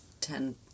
ten